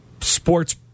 sports